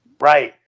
Right